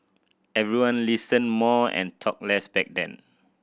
everyone listened more and talked less back then